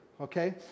okay